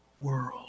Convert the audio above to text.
world